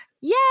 Yay